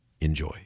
Enjoy